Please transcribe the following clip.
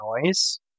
noise